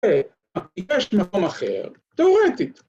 ‫ויש מקום אחר, תיאורטית.